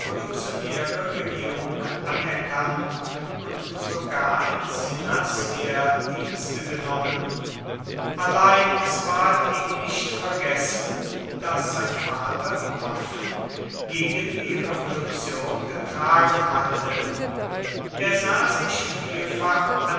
regierung anerkannt und sogar in cinnas heer dienste genommen allein es ward ihm nicht vergessen daß sein vater die waffen gegen die revolution getragen hatte er sah sich vielfach